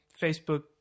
Facebook